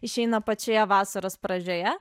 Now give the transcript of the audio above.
išeina pačioje vasaros pradžioje